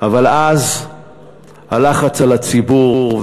אבל אז הלחץ על הציבור,